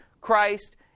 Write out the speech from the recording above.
Christ